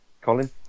Colin